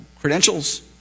credentials